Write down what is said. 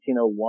1901